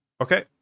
okay